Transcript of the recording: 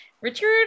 Richard